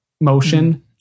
motion